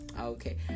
Okay